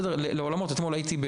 מאוד, מאוד מהותי.